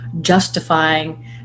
justifying